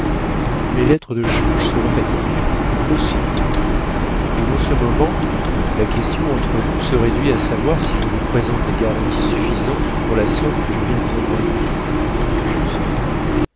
mes lettres de change seront acquittées possible et dans ce moment la question entre nous se réduit à savoir si je vous présente des garanties suffisantes pour la somme que je viens vous emprunter juste